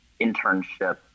internship